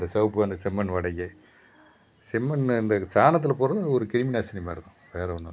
அந்த சிவப்பு அந்த செம்மண் வாடையிலேயே செம்மண் அந்த சாணத்தில் போடுறதும் அது ஒரு கிருமி நாசினி மாதிரிதான் வேறு ஒன்றும் இல்லை